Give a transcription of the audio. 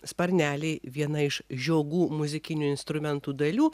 sparneliai viena iš žiogų muzikinių instrumentų dalių